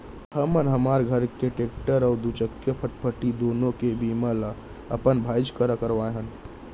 हमन हमर घर के टेक्टर अउ दूचकिया फटफटी दुनों के बीमा ल अपन भाईच करा करवाए हन